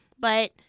But-